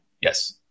Yes